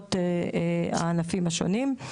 ולדרישות הענפים השונים.